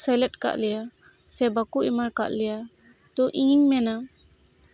ᱥᱮᱞᱮᱫ ᱟᱠᱟᱫ ᱞᱮᱭᱟ ᱥᱮ ᱵᱟᱠᱚ ᱮᱢᱟᱠᱟᱫ ᱞᱮᱭᱟ ᱛᱳ ᱤᱧᱤᱧ ᱢᱮᱱᱟ